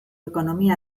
ekonomia